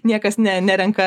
niekas ne nerenka